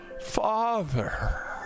Father